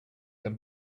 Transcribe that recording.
can